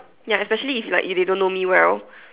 ya especially if they like if they don't know me well